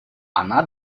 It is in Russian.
она